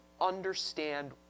understand